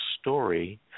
story